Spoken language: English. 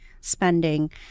spending